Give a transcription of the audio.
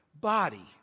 body